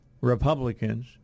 Republicans